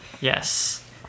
Yes